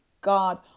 God